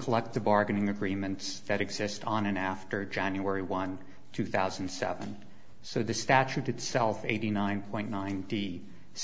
collective bargaining agreements that exist on an after january one two thousand and seven so the statute itself eighty nine point nine t